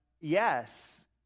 yes